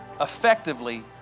effectively